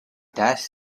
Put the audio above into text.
dash